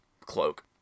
Cloak